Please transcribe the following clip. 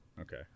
okay